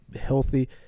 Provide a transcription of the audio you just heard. healthy